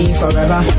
forever